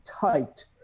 tight